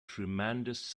tremendous